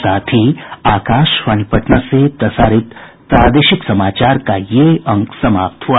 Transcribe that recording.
इसके साथ ही आकाशवाणी पटना से प्रसारित प्रादेशिक समाचार का ये अंक समाप्त हुआ